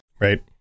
Right